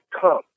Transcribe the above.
come